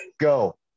go